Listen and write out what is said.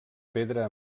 pedra